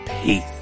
peace